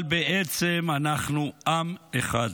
אבל בעצם אנחנו עם אחד.